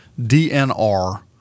DNR